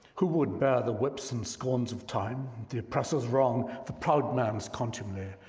who would bear the whips and scorns of time, the oppressor's wrong, the proud man's contumely,